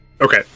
Okay